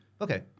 Okay